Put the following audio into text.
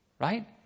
right